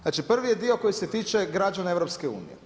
Znači prvi je dio koji se tiče građana EU.